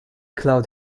cloud